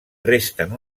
resten